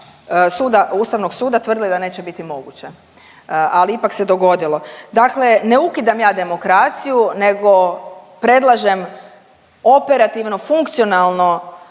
ustavnog suda tvrdili da neće biti moguće, ali ipak se dogodilo. Dakle, ne ukidam ja demokraciju nego predlažem operativno funkcionalno